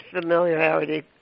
familiarity